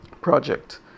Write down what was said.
project